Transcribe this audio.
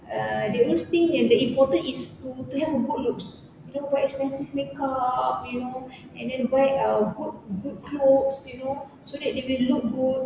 uh they always think yang the important is to to have a good looks you know buat expensive makeup you know and then wear ah good good clothes you know so that they will look good